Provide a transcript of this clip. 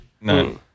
No